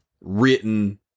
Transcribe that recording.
written